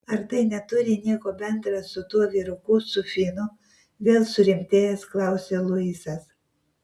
ar tai neturi nieko bendra su tuo vyruku su finu vėl surimtėjęs klausia luisas